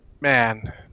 Man